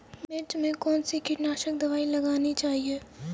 मिर्च में कौन सी कीटनाशक दबाई लगानी चाहिए?